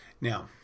now